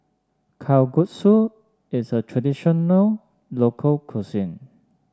Kalguksu is a traditional local cuisine